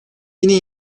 yeni